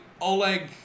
Oleg